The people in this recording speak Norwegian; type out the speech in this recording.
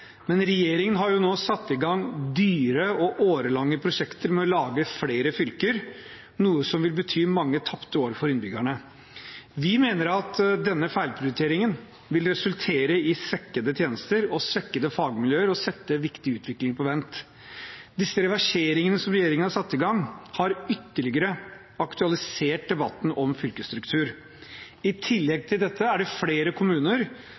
Men regjeringen har nå satt i gang dyre og årelange prosjekter for å lage flere fylker, noe som vil bety mange tapte år for innbyggerne. Vi mener at denne feilprioriteringen vil resultere i svekkede tjenester og svekkede fagmiljøer og sette viktig utvikling på vent. Disse reverseringene som regjeringen har satt i gang, har ytterligere aktualisert debatten om fylkesstruktur. I tillegg til dette er det flere kommuner